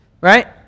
right